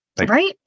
Right